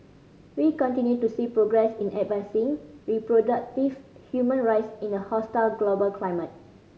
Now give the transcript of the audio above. we continue to see progress in advancing reproductive human rights in a hostile global climate